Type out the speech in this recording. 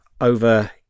over